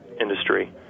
industry